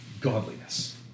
godliness